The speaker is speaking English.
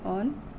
on